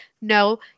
No